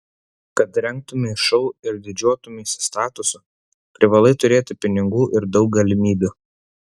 kad rengtumei šou ir didžiuotumeisi statusu privalai turėti pinigų ir daug galimybių